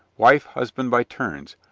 wife husband by turns,